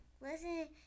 listen